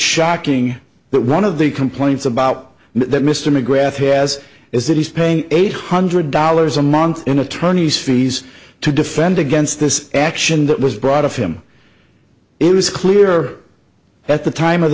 shocking but one of the complaints about that mr mcgrath has is that he's paying eight hundred dollars a month in attorney's fees to defend against this action that was brought of him it is clear that the time